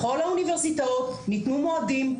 בכל האוניברסיטאות ניתנו מועדים.